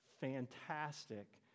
fantastic